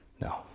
No